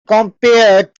compare